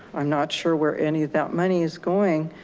i'm not sure where any of that money is going.